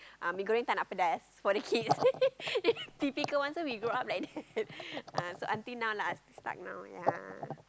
uh mee goreng tak nak pedas for the kids typical ones so we grow up like that uh so until now lah start now ya